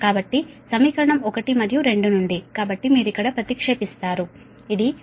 కాబట్టి సమీకరణం 1 మరియు 2 నుండి కాబట్టి మీరు ఇక్కడ ప్రతిక్షేపిస్తారు ఇది VS 11